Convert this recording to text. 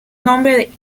nombre